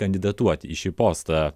kandidatuoti į šį postą